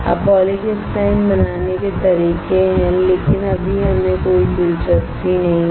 अब पॉलीक्रिस्टलाइन बनाने के तरीके हैं लेकिन अभी हमें कोई दिलचस्पी नहीं है